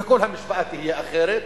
וכל המשוואה תהיה אחרת,